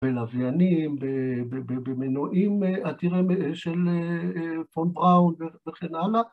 בלוויינים, במנועים עתירי, של פון בראון וכן הלאה.